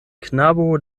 knabo